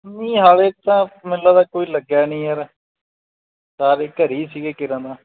ਨਹੀਂ ਹਾਲੇ ਤਾਂ ਮੈਨੂੰ ਲੱਗਦਾ ਕੋਈ ਲੱਗਿਆ ਨਹੀਂ ਯਾਰ ਸਾਰੇ ਘਰ ਸੀਗੇ ਕੇਰਾਂ ਤਾਂ